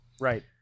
Right